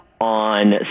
on